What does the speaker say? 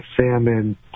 salmon